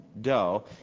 dough